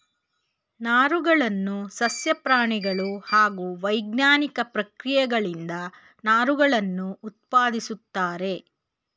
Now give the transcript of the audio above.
ನಾರುಗಳನ್ನು ಸಸ್ಯ ಪ್ರಾಣಿಗಳು ಹಾಗೂ ವೈಜ್ಞಾನಿಕ ಪ್ರಕ್ರಿಯೆಗಳಿಂದ ನಾರುಗಳನ್ನು ಉತ್ಪಾದಿಸುತ್ತಾರೆ